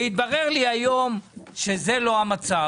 התברר לי היום שזה לא המצב.